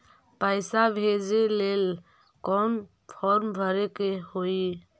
पैसा भेजे लेल कौन फार्म भरे के होई?